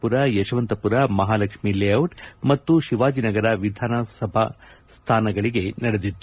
ಪುರ ಯಶವಂತಪುರ ಮಹಾಲಕ್ಷ್ಮಿಲೇಔಟ್ ಮತ್ತು ಶಿವಾಜಿನಗರ ವಿಧಾನಸಭಾ ಸ್ವಾನಗಳಿಗೆ ನಡೆದಿತ್ತು